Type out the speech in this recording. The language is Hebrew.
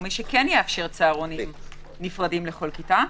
המקומי שכן יאפשר צהרונים נפרדים לכל כיתה.